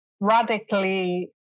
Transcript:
radically